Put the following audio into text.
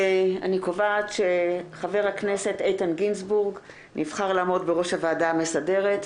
אני קובעת שחבר הכנסת איתן גינזבורג נבחר לעמוד בראש הוועדה המסדרת.